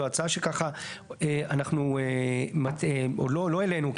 זו הצעה שככה אנחנו לא העלינו,